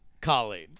Colleen